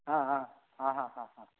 ಹಾಂ ಹಾಂ ಹಾಂ ಹಾಂ ಹಾಂ ಹಾಂ